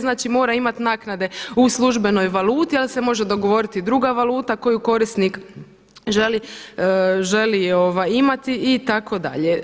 Znači mora imati naknade u službenoj valuti ali se može dogovoriti i druga valuta koju korisnik želi imati itd.